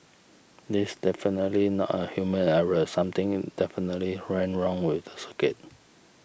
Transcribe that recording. it's definitely not a human error something definitely went wrong with the circuit